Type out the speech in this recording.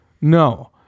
No